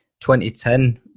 2010